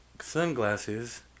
sunglasses